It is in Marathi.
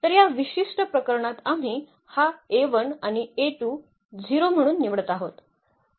तर या विशिष्ट प्रकरणात आम्ही हा आणि 0 म्हणून निवडत आहोत